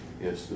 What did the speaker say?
Yes